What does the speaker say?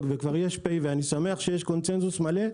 וכבר יש לה מספר (פ) ואני שמח שיש קונצנזוס מלא.